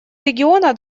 региона